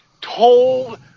told